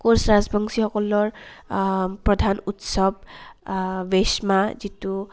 কোচ ৰাজবংশীসকলৰ প্ৰধান উৎসৱ বেচমা যিটো